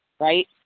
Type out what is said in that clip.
right